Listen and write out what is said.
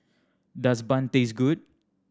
does bun taste good